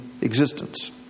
existence